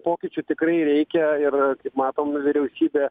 pokyčių tikrai reikia ir matom vyriausybė